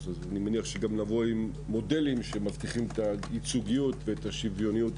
אז אני מניח שגם נבוא עם מודלים שמבטיחים את הייצוגיות ואת השוויוניות